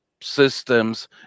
systems